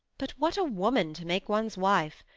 but what a woman to make ones wife!